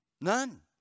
None